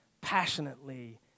passionately